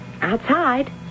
Outside